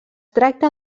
tracta